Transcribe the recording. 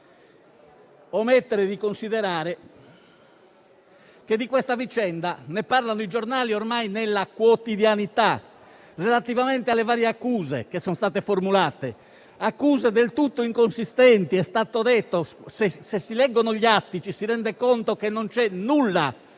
neanche omettere di considerare che di questa vicenda parlano i giornali ormai nella quotidianità, relativamente alle varie accuse che sono state formulate; accuse del tutto inconsistenti, come è stato detto. Se si leggono gli atti, infatti, ci si rende conto che non c'è nulla